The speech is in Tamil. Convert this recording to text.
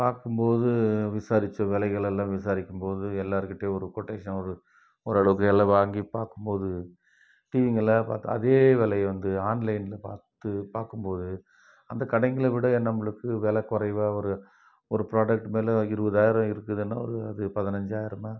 பார்க்கும் போது விசாரித்து விலைகலெல்லாம் விசாரிக்கும் போது எல்லார்கிட்டயும் ஒரு கொட்டேஷன் ஒரு ஒரு அளவுக்கு எல்லாம் வாங்கி பார்க்கும் போது டிவிங்கள்லாம் பார்த்து அதே விலைய வந்து ஆன்லைனில் பார்த்து பார்க்கும் போது அந்த கடைங்களை விட நம்மளுக்கு வில குறைவா ஒரு ஒரு ப்ராடெக்ட் வில இருபதாயிரம் இருக்குதுன்னா ஒரு அது பதினைஞ்சாயிரமா